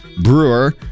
brewer